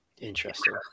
Interesting